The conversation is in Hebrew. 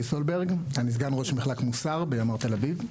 אני סגן ראש מחלק מוסר בימ"ר תל אביב.